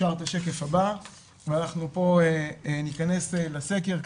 בשקף הבא ניכנס לסקר,